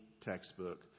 textbook